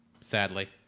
sadly